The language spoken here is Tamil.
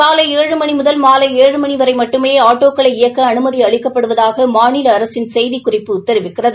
காலை ஏழு மணி முதல் மாலை ஏழு மணி வரை மட்டுமே ஆட்டோக்களை இயக்க அனுமதி அளிக்கப்படுவதாக மாநில அரசின் செய்திக்குறிப்பு தெரிவிக்கிறது